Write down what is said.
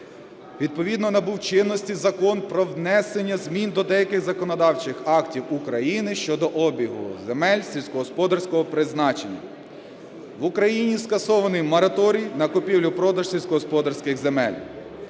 відповідно набув чинності Закон "Про внесення змін до деяких законодавчих актів України щодо обігу земель сільськогосподарського призначення". В Україні скасований мораторій на купівлю-продаж сільськогосподарських земель.